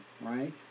Right